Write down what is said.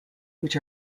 which